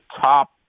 top